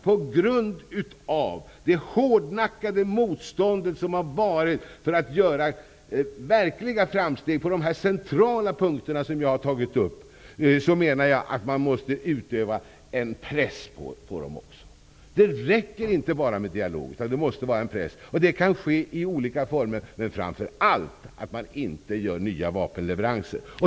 På grund av det hårdnackade motståndet mot att göra verkliga framsteg på de centrala punkter som jag har tagit upp, måste man å andra sidan också utöva en press på dem -- det räcker inte bara med en dialog. Det kan ske i olika former, men framför allt skall det inte göras nya vapenleveranser.